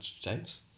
James